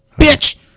Bitch